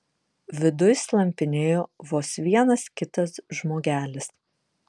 viduj slampinėjo vos vienas kitas žmogelis